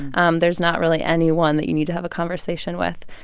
um there's not really anyone that you need to have a conversation with.